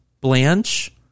Blanche